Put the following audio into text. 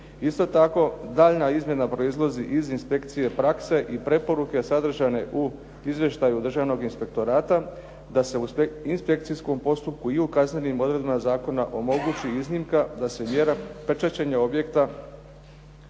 Isto tako, daljnja izmjena proizlazi iz inspekcije prakse i preporuke sadržane u izvještaju državnog inspektorata da se u inspekcijskom postupku i u kaznenim odredbama zakona omogući iznimka da se mjera pečaćenja objekta